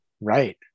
Right